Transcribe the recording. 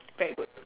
very good